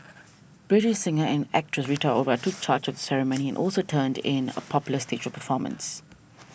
British singer and actress Rita Ora took charge of the ceremony and also turned in a popular stage performance